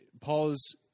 paul's